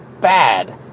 bad